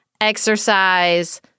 exercise